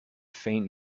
faint